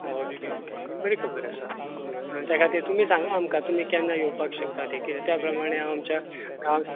okay okay ही बरी खबर आसा आनी त्या खातीर तुमी सांगा आमकां तुमी केन्ना येवपाक शकता तें कित्याक त्या प्रमाणें हांव आमच्या गांव